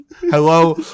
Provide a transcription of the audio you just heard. Hello